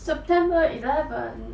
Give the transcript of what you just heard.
september eleven